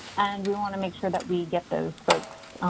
we want to make sure that we get those folks